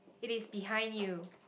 it is behind you